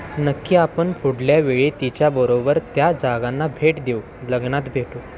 नक्की आपण पुढल्या वेळी तिच्याबरोबर त्या जागांना भेट देऊ लग्नात भेटू